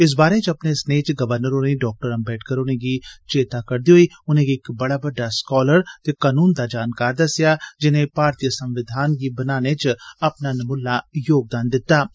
इस बारै च अपने स्नेह च गवर्नर होरें डाक्टर अम्बेडकर होरें'गी चेत्ता करदे होई उनें'गी इक बड़ा बड़्डा स्कालर ते कानून दा जानकार दस्सेआ जिनें भारती संविधान गी बनाने च अपना अनमुल्ला योगदान दित्ता हा